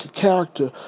character